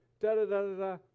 da-da-da-da-da